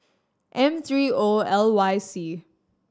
M three O L Y C